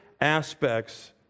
aspects